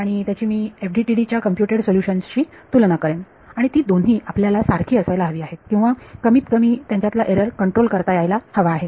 आणि त्याची मी FDTD च्या कम्प्युटेड सोल्युशन शी तुलना करेन आणि ती दोन्ही आपल्याला सारखी असायला हवी आहेत किंवा कमीत कमी त्यांच्यातला एरर कंट्रोल करता यायला हवा आहे